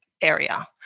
area